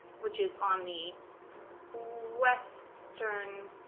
which is on the western western